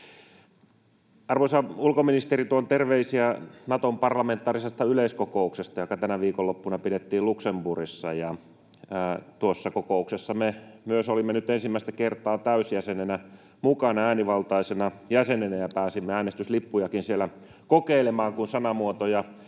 Arvoisa ulkoministeri, tuon terveisiä Naton parlamentaarisesta yleiskokouksesta, joka tänä viikonloppuna pidettiin Luxemburgissa. Tuossa kokouksessa me myös olimme nyt ensimmäistä kertaa täysjäsenenä mukana, äänivaltaisena jäsenenä, ja pääsimme äänestyslippujakin siellä kokeilemaan, kun sanamuotoja